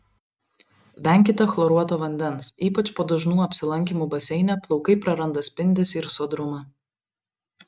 venkite chloruoto vandens ypač po dažnų apsilankymų baseine plaukai praranda spindesį ir sodrumą